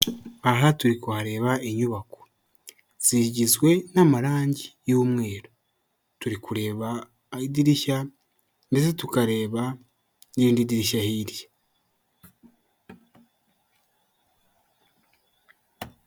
Aha turi kuhareba inyubako, zigizwe n'amarangi y'umweru, turi kureba idirishya, ndetse tukareba, n'irindi dirishya hirya.